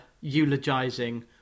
eulogising